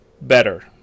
better